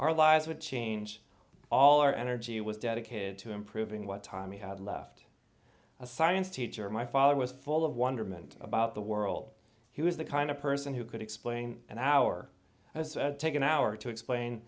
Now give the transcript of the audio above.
our lives would change all our energy with dedicated to improving what time he had left a science teacher my father was full of wonderment about the world he was the kind of person who could explain an hour as take an hour to explain